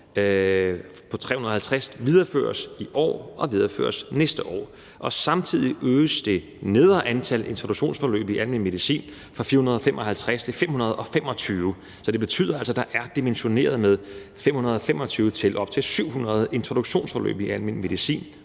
på 350 videreføres i år og næste år. Samtidig øges det nedre antal introduktionsforløb i almen medicin fra 455 til 525. Det betyder altså, at der er dimensioneret med fra 525 til op til 700 introduktionsforløb i almen medicin